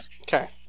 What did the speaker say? Okay